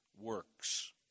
works